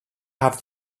have